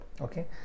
okay